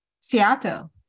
Seattle